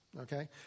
Okay